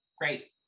Great